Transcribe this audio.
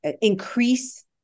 increase